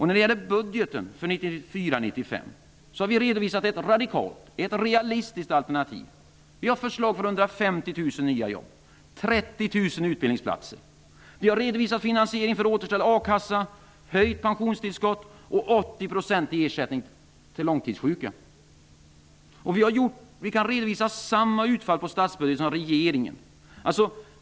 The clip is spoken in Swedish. När det gäller budgeten för 1994/95 har vi redovisat ett radikalt och realistiskt alternativ. Vi har förslag för 150 000 nya jobb och 30 000 utbildningsplatser. Vi har redovisat finansiering för återställd A-kassa, höjt pensionstillskott och 80 % i ersättning till långtidssjuka. Vi kan redovisa samma utfall på statsbudgeten som regeringen.